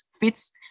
fits